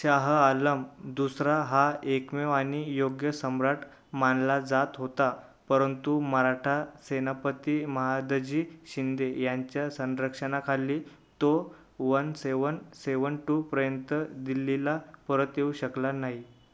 शाह आलम दुसरा हा एकमेव आणि योग्य सम्राट मानला जात होता परंतु मराठा सेनापती महादजी शिंदे यांच्या संरक्षणाखाली तो वन सेव्हन सेव्हन टूपर्यंत दिल्लीला परत येऊ शकला नाही